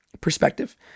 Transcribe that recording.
perspective